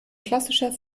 klassischer